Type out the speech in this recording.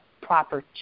proper